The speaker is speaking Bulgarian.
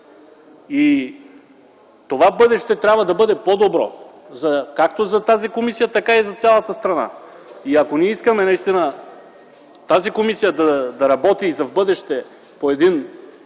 и това бъдеще трябва да бъде по-добро, както за тази комисия, така и за цялата страна. Ако ние наистина искаме тази комисия да работи за в бъдеще по един